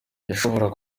yashoboraga